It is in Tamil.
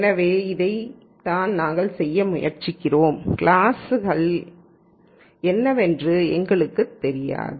எனவே இதைத்தான் நாங்கள் செய்ய முயற்சிக்கிறோம் கிளாஸ்கள் என்னவென்று எங்களுக்குத் தெரியாது